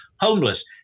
homeless